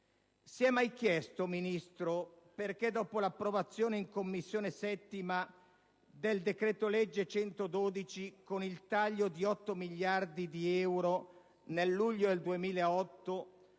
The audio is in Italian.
Si è mai chiesto, signora Ministro, perché, dopo l'approvazione in 7a Commissione del decreto-legge n. 112, con il taglio di 8 miliardi di euro nel luglio del 2008,